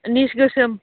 निस गोसोम